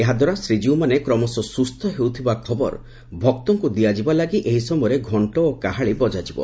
ଏହାଦ୍ୱାରା ଶ୍ରୀକୀଉମାନେ କ୍ରମଶଃ ସୁସ୍ଥ ହେଉଥିବା ଖବର ଭକ୍ତଙ୍କୁ ଦିଆଯିବା ଲାଗି ଏହି ସମୟରେ ଘଙ୍ ଓ କାହାଳି ବଜାଯିବ